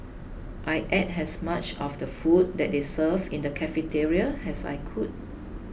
I ate as much of the food that they served in the cafeteria as I could